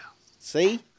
See